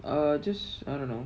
uh just I don't know